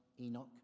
Enoch